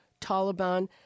Taliban